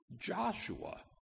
Joshua